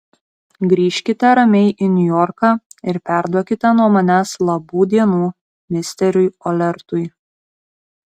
grįžkite ramiai į niujorką ir perduokite nuo manęs labų dienų misteriui olertui